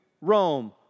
Rome